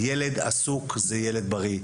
ילד עסוק זה ילד בריא.